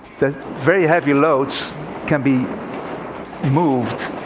that very heavy loads can be moved.